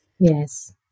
Yes